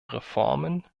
reformen